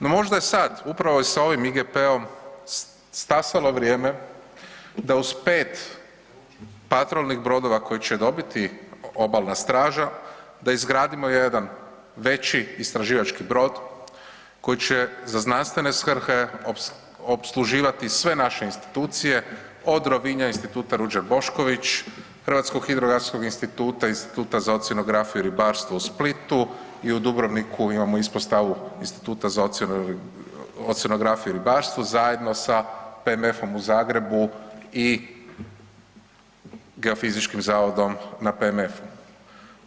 No možda je sad upravo i sa ovim IGP-om stasalo vrijeme da uz 5 patrolnih brodova koje će dobiti obalna straža da izgradimo jedan veći istraživački brod koji će za znanstvene svrhe opsluživati sve naše institucije od Rovinja Instituta Ruđer Bošković, Hrvatskog hidrografskog instituta, Instituta za oceanografiju i ribarstvo u Splitu i u Dubrovniku imamo Ispostavu Instituta za oceanografiju i ribarstvo zajedno sa PMF-om u Zagrebu i Geofizičkim zavodom na PMF-u.